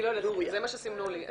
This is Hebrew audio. זה מה שסימנו לי.